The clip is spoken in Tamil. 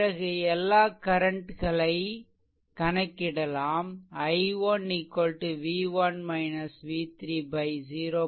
பிறகு எல்லா கரண்ட்களை கணக்கிடலாம் i1 v1 v3 0